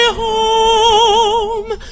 home